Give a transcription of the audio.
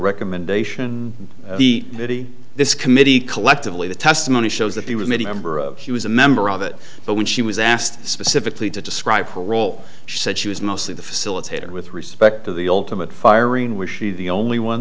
recommendation the city this committee collectively the testimony shows that the limited number of he was a member of it but when she was asked specifically to describe her role she said she was mostly the facilitator with respect to the ultimate firing was she the only one